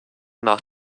nach